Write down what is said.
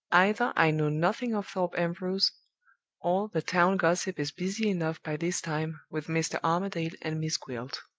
either i knew nothing of thorpe ambrose or the town gossip is busy enough by this time with mr. armadale and miss gwilt.